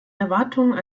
erwartungen